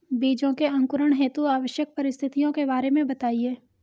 बीजों के अंकुरण हेतु आवश्यक परिस्थितियों के बारे में बताइए